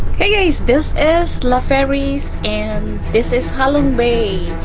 hey guys, this is la fairy's and this is halong bay.